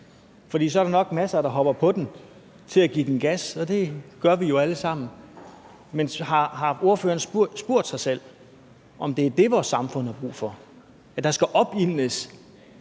for så er der nok en masse, der hopper på den og giver den gas. Og det gør vi jo alle sammen. Men har ordføreren spurgt sig selv, om det er det, vores samfund har brug for, altså at der skal opildnes